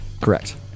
Correct